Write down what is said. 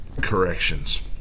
corrections